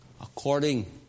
According